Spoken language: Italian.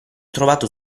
trovato